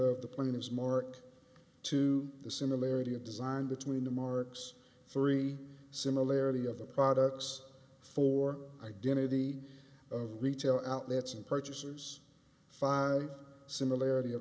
of the plane is mark two the similarity of design between the marks three similarity of the products for identity of retail outlets and purchasers five similarity of